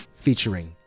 featuring